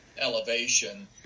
elevation